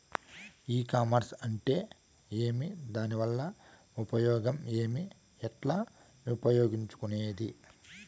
ఈ కామర్స్ అంటే ఏమి దానివల్ల ఉపయోగం ఏమి, ఎట్లా ఉపయోగించుకునేది?